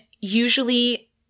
usually